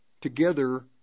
together